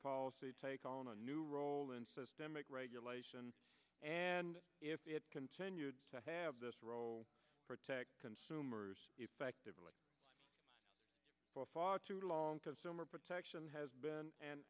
policy take on a new role in systemic regulation and continue to have this role protect consumers effectively for far too long consumer protection has been an